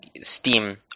Steam